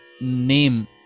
name